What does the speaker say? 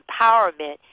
empowerment